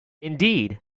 indeed